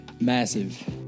massive